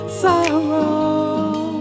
sorrow